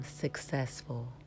successful